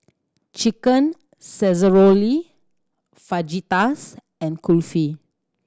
Chicken Casserole Fajitas and Kulfi